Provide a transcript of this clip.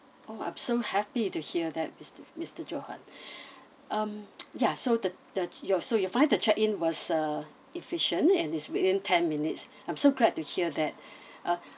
oh I'm so happy to hear that mister johan um ya so the the your so you find the check in was uh efficient and is within ten minutes I'm so glad to hear that uh